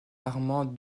armand